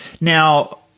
Now